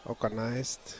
organized